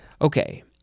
Okay